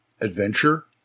adventure